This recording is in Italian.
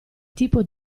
tipo